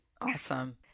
awesome